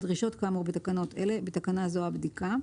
בתקנות אלה (בתקנה זו, הבדיקה).